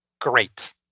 great